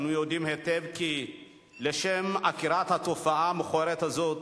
אנו יודעים היטב כי לשם עקירת התופעה המכוערת הזאת